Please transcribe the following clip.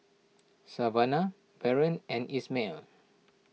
Savannah Barron and Ishmael